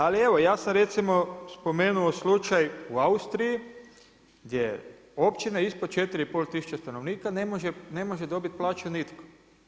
Ali evo, ja sam recimo spomenuo slučaj u Austriji gdje općina ispod 4 i pol tisuće stanovnika ne može dobiti plaću nitko.